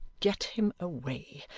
get him away,